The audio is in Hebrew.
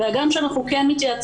מה גם שאנחנו כן מתייעצים,